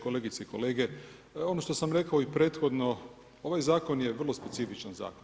Kolegice i kolege, ono što sam rekao i prethodno, ovaj zakon je vrlo specifičan zakon.